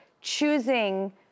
choosing